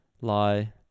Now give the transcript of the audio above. lie